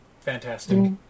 Fantastic